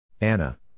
Anna